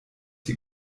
die